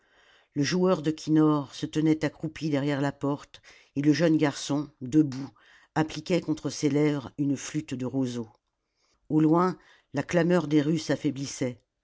le joueur de kinnor se tenait accroupi derrière la porte et le jeune garçon debout appliquait contre ses lèvres une flûte de roseau au loin la clameur des rues s'affaiblissait